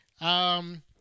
Um-